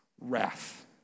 wrath